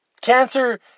Cancer